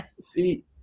See